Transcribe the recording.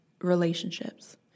relationships